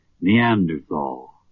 Neanderthal